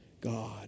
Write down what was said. God